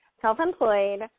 self-employed